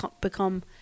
become